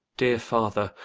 dear father,